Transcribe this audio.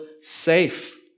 safe